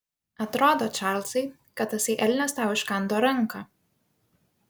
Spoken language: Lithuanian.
atrodo čarlzai kad tasai elnias tau iškando ranką